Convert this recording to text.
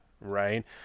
Right